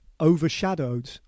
overshadowed